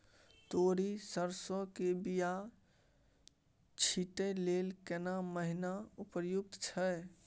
तोरी, सरसो के बीया छींटै लेल केना महीना उपयुक्त छै?